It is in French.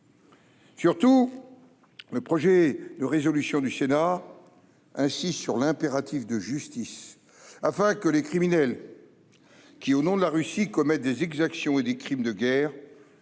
Surtout, le projet de résolution du Sénat insiste sur l'impératif de justice, afin que les criminels qui, au nom de la Russie, commettent des exactions et des crimes de guerre,